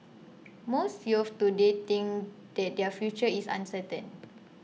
most youths today think that their future is uncertain